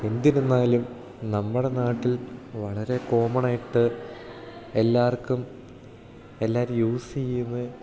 എന്തിരുന്നാലും നമ്മുടെ നാട്ടിൽ വളരെ കോമണായിട്ട് എല്ലാവർക്കും എല്ലാവരും യൂസ് ചെയ്യുന്ന